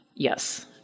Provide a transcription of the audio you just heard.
Yes